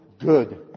good